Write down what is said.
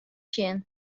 sjen